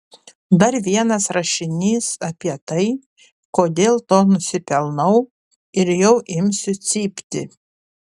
dar vienas rašinys apie tai kodėl to nusipelnau ir jau imsiu cypti